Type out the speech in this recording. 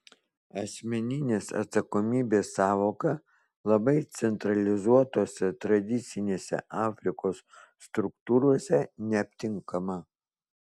asmeninės atsakomybės sąvoka labai centralizuotose tradicinėse afrikos struktūrose neaptinkama